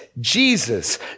Jesus